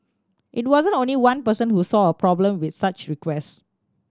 it wasn't only one person who saw a problem with such request